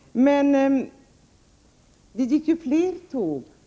Men det gick ju fler tåg.